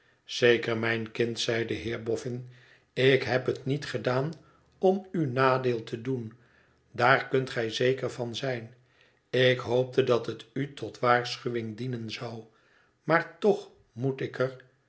mijn kind zei de heer boffin ik heb het niet gedaan om u nadeel te doen daar kunt gij zeker van zijn ik hoopte dat hetu tot waarschuwing dienen zou maar toch moet ik er